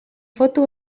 foto